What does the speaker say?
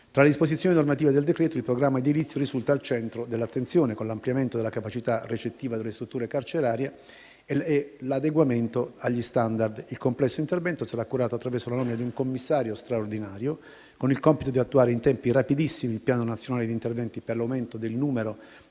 Tra le disposizioni normative del suddetto decreto-legge, il programma edilizio risulta al centro dell'attenzione, con l'ampliamento della capacità ricettiva delle strutture carcerarie e l'adeguamento agli *standard*. Il complesso intervento sarà curato attraverso la nomina di un commissario straordinario con il compito di attuare in tempi rapidissimi il Piano nazionale di interventi per l'aumento del numero